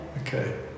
Okay